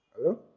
Hello